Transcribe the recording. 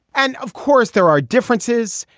and of course there are differences.